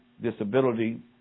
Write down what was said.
disability